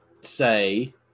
say